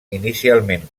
inicialment